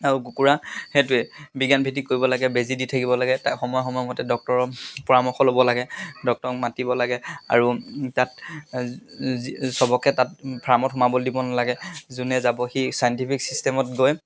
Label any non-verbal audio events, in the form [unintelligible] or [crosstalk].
আৰু কুকুৰা সেইটোৱে বিজ্ঞানভিত্তিত কৰিব লাগে বেজী দি থাকিব লাগে তাক সময় সময়মতে ডক্টৰৰ পৰামৰ্শ ল'ব লাগে ডক্টৰক মাতিব লাগে আৰু তাত [unintelligible] সবকে তাত ফাৰ্মত সোমাবলৈ দিব নালাগে যোনে যাব সি ছাইণ্টিফিক চিষ্টেমত গৈ